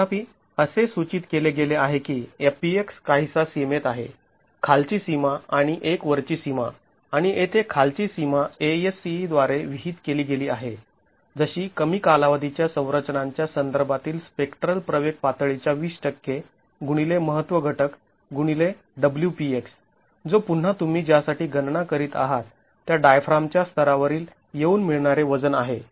तथापि असे सूचित केले गेले आहे की Fpx काहीसा सीमेत आहे खालची सीमा आणि एक वरची सीमा आणि येथे खालची सीमा ASCE द्वारे विहित केली गेली आहे जशी कमी कालावधी च्या संरचनांच्या संदर्भातील स्पेक्ट्रल प्रवेग पातळीच्या २० गुणिले महत्त्व घटक गुणिले w px जो पुन्हा तुम्ही ज्यासाठी गणना करीत आहात त्या डायफ्रामच्या स्तरावरील येऊन मिळणारे वजन आहे